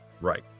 Right